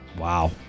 Wow